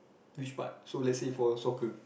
which part so let's say for soccer